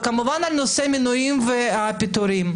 וכמובן נושא המינויים והפיטורים.